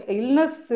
illness